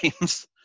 games